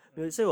mmhmm